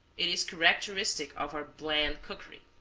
it is characteristic of our bland cookery.